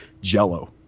jello